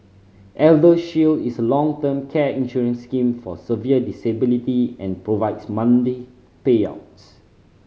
ElderShield is a long term care insurance scheme for severe disability and provides payouts